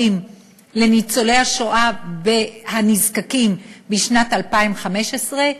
לניצולי השואה והנזקקים משנת 2015,